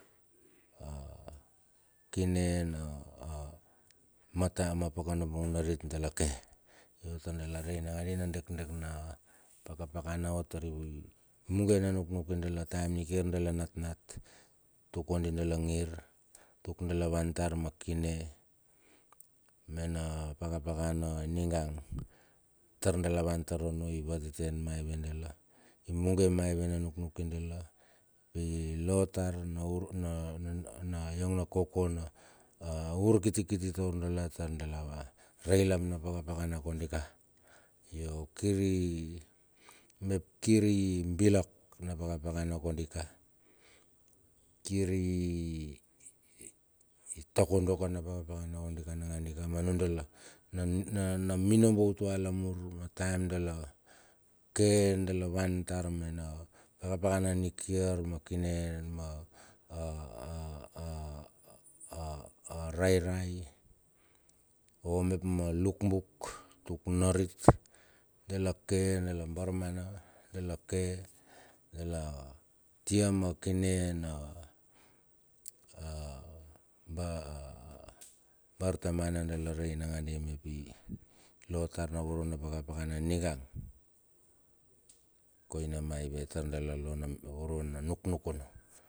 A kine na a mata ma pakanabung narit dalake ia dalare nakadi nadek dek na pakapakana ot tar i muge na nuknuki dala taem mikiar dala natnat tuk kodi dala ngir, tuk dala vantar ma kine mena pakapakana ninga tar dala van tar onno i vateten maive dala imuge maive na nuknuk dala ilator na ur na na yong kokono na a urkitikiti taur dala taur dala reilam na pakapakana kodika. Yo kiri mep kiri bilak na pakapakana kodika. Kiri, i takodo ka na pakapakana kodika nagadika manudala na na na mino bo utualamur ma taem dala ke dala vantar mena pakapakana nikiar ma kine maa a a a a a rairai o mep ma lukbuk tuk narit dala ke dala bar mana dala ke dala atia ma kine na a bar bartamana dala rei nangadi mep i lotar na voro na pakapakana ninga koina maiva tar dala lo na voro na nuk nuk ono.